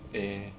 eh